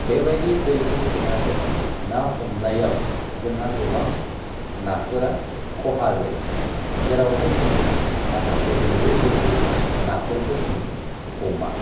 बेबायदि दैखौ थेनानै ना हमनायाव जोंहा गोबां नाफोरा खहा जायो जेरावहाय जोङो माखासे गोरलै गोरलै नाफरखौ जोङो हमा